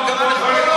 מה קרה לך?